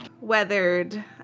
weathered